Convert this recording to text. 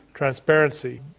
transparency,